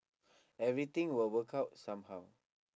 everything will work out somehow